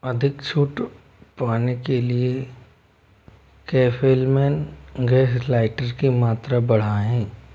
अधिक छूट पाने के लिए कैफेलमैन गैस लाइटर की मात्रा बढ़ाएँ